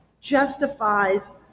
justifies